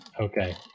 okay